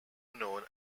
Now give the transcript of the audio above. known